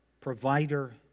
provider